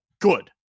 good